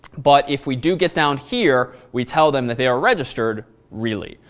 but if we do get down here, we tell them that they are registered, really.